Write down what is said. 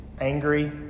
angry